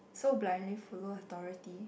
so blindly follow authority